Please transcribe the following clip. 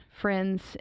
friends